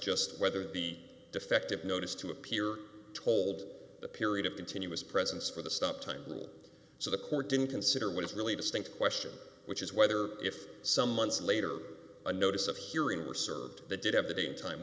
just whether the defective notice to appear told the period of continuous presence for the stop time so the court didn't consider what is really distinct question which is whether if some months later a notice of hearing was served the did have to be in time